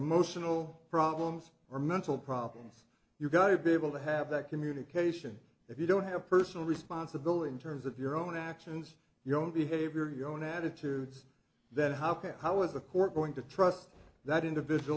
motional problems or mental problems you got to be able to have that communication if you don't have personal responsibility in terms of your own actions your own behavior your own attitudes then how come out was the court going to trust that individual